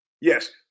Yes